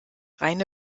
reine